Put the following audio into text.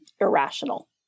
irrational